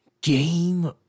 Game